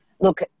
look